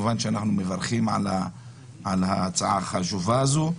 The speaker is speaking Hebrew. וכמובן שאנחנו מברכים על ההצעה החשובה הזו.